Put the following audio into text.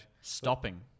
Stopping